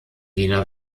wiener